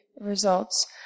results